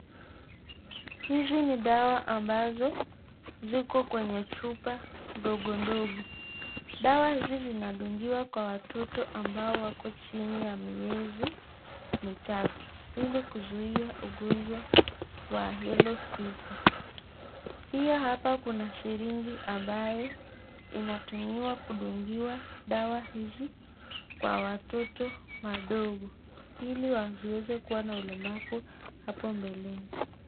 Hizi ni dawa ambazo ziko kwenye chupa ndogo ndogo. Dawa hizi zinadungiwa kwa watoto ambao wako chini ya miezi mitatu ili kuzuia ugonjwa wa cs[yellow fever]cs.Pia hapa kuna sirinji ambayo inatumiwa kudungiwa dawa hizi, kwa watoto wadogo, ili wasiweze kuwa na ulemavu hapo mbeleni.